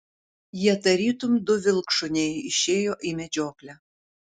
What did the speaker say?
jie tarytum du vilkšuniai išėjo į medžioklę